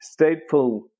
stateful